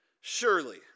surely